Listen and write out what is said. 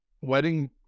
Wedding